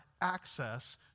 access